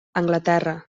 anglaterra